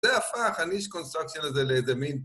זה הפך, אני איש קונסטרקציה לזה לאיזה מין...